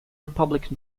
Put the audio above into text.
republican